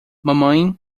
mamãe